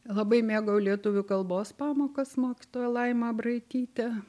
labai mėgau lietuvių kalbos pamokas mokytoja laima abraitytė